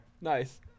Nice